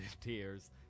tears